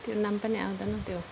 त्यो नाम पनि आउँदैन त्यो